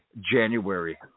January